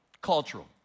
cultural